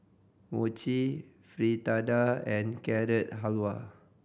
Mochi Fritada and Carrot Halwa